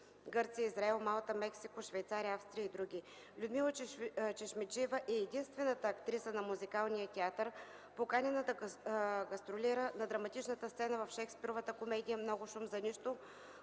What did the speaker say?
Гърция, Израел, Малта, Мексико, Швейцария, Австрия и други. Людмила Чешмеджиева е единствената актриса на Музикалния театър, поканена да гастролира на драматична сцена – в Шекспировата комедия “Много шум за нищо”,